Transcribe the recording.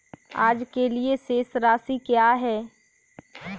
आज के लिए शेष राशि क्या है?